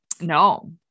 No